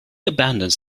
abandons